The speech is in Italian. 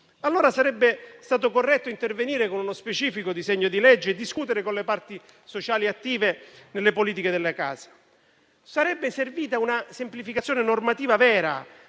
Allora sarebbe stato corretto intervenire con uno specifico disegno di legge e discutere con le parti sociali attive nelle politiche della casa. Sarebbe servita una semplificazione normativa vera,